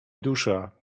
dusza